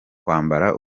kwambara